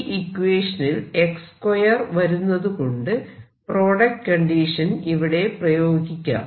ഈ ഇക്വേഷനിൽ x2 വരുന്നതുകൊണ്ട് പ്രോഡക്റ്റ് കണ്ടീഷൻ ഇവിടെ പ്രയോഗിക്കാം